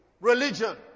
religion